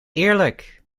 eerlijk